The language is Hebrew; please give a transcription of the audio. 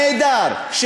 הנהדר,